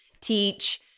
teach